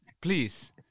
Please